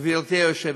גברתי היושבת-ראש.